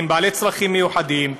עם צרכים מיוחדים,